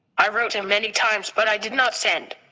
i wrote him many times but i did not send.